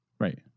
Right